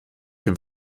dem